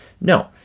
No